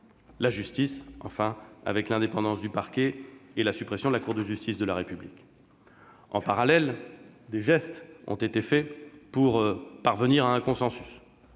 la justice, enfin, avec l'indépendance du parquet et la suppression de la Cour de justice de la République. En parallèle, des gestes ont été faits pour parvenir à un consensus.